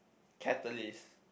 catalyst